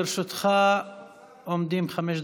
לרשותך עומדות חמש דקות.